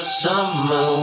summer